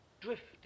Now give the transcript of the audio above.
drifting